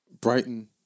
Brighton